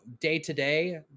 day-to-day